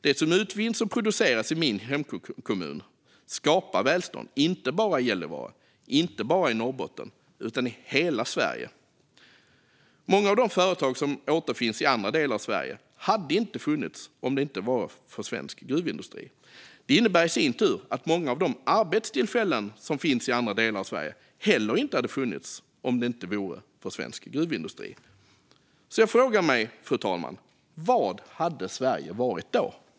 Det som utvinns och produceras i min hemkommun skapar välstånd inte bara i Gällivare och Norrbotten utan i hela Sverige. Många av de företag som återfinns i andra delar av Sverige hade inte funnits om det inte vore för svensk gruvindustri. Det innebär i sin tur att många av de arbetstillfällen som finns i andra delar av Sverige inte heller hade funnits om det inte vore för svensk gruvindustri. Jag frågar mig, fru talman: Vad hade Sverige varit då?